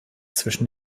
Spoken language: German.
zwischen